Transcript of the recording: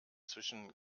zwischen